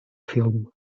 film